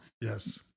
Yes